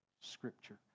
Scripture